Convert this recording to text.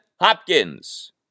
Hopkins